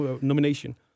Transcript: nomination